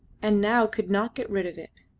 and now could not get rid of it.